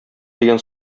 дигән